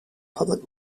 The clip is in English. public